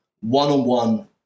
one-on-one